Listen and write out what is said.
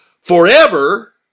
forever